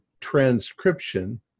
transcription